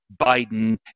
Biden